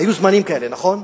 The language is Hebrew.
היו זמנים כאלה, נכון?